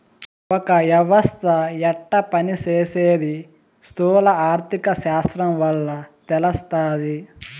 ఒక యవస్త యెట్ట పని సేసీది స్థూల ఆర్థిక శాస్త్రం వల్ల తెలస్తాది